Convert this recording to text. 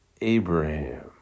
Abraham